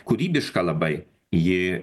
kūrybiška labai ji